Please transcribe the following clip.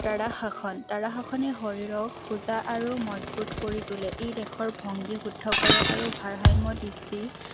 তাড়াসন তাড়াসনে শৰীৰক সোজা আৰু মজবুত কৰি তোলে এই দেহৰ ভংগী শুদ্ধ কৰে আৰু ভাৰসাম্য দৃষ্টি